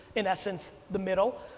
in essence, the middle,